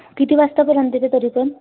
किती वाजतापर्यंत येते तरी पण